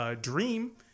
dream